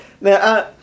Now